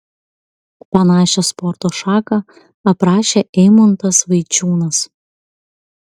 panašią sporto šaką aprašė eimuntas vaičiūnas